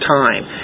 time